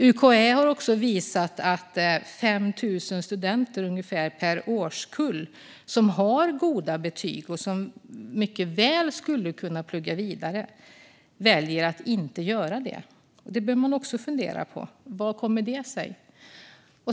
UKÄ har också visat att ungefär 5 000 studenter per årskull som har goda betyg och som mycket väl skulle kunna plugga vidare väljer att inte göra det. Detta behöver man också fundera på - hur kommer det sig?